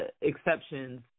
exceptions